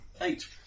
Eight